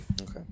Okay